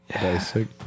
Basic